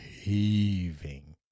heaving